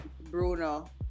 Bruno